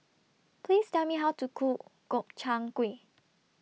Please Tell Me How to Cook Gobchang Gui